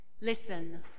Listen